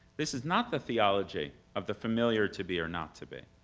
this is not the theology of the familiar to be or not to be,